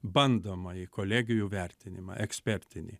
bandomąjį kolegijų vertinimą ekspertinį